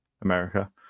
America